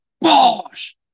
bosh